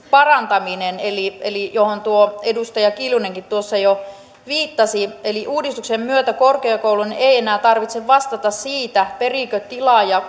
parantaminen johon edustaja kiljunenkin tuossa jo viittasi eli uudistuksen myötä korkeakoulun ei enää tarvitse vastata siitä periikö tilaaja